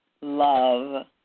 love